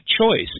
choice